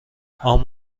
عام